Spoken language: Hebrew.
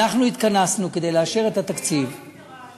אנחנו התכנסנו כדי לאשר את התקציב, והיא לא נפתרה.